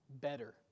better